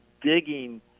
digging